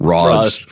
Ross